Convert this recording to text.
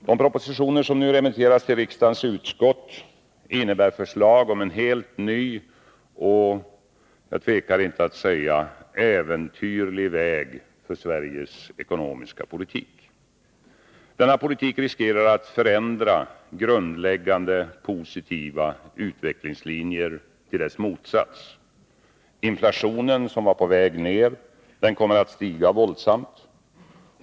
De propositioner som nu remitterats till riksdagens utskott innebär förslag om ett helt ny och — jag tvekar inte att säga — äventyrlig väg för Sveriges ekonomiska politik. Denna politik riskerar att förändra grundläggande positiva utvecklingslinjer till deras motsats. Inflationen, som var på väg ner, kommer att stiga våldsamt.